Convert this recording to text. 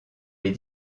les